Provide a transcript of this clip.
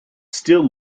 still